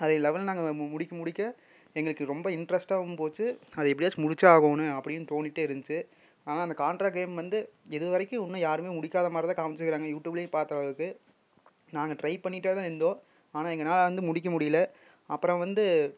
அது லெவல் நாங்கள் முடிக்க முடிக்க எங்களுக்கு ரொம்ப இன்ட்ரஸ்ட்டாகவும் போச்சு அதை எப்படியாச்சும் முடிச்சாகணும் அப்படின்னு தோணிகிட்டே இருந்துச்சு ஆனால் அந்த காண்ட்ரா கேம் வந்து இதுவரைக்கும் இன்னும் யாரும் முடிக்காத மாதிரி தான் காமிச்சுக்குறாங்க யூடியூப்லையும் பார்த்த அளவுக்கு நாங்கள் ட்ரை பண்ணிகிட்டே தான் இருந்தோம் ஆனால் எங்கனால் வந்து முடிக்க முடியிலை அப்புறம் வந்து